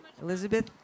Elizabeth